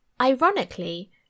Ironically